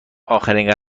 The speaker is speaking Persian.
آخرین